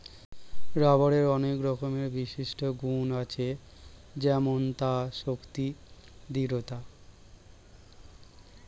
রাবারের অনেক রকমের বিশিষ্ট গুন্ আছে যেমন তার শক্তি, দৃঢ়তা